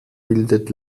bildet